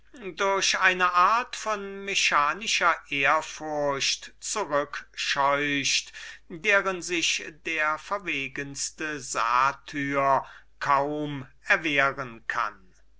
durch eine art von mechanischer ehrfurcht zurückscheucht deren sich der verwegenste satyr kaum erwehren kann